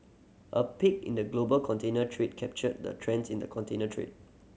a peek in the global container trade captured the trends in the container trade